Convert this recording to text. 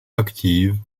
active